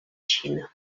xina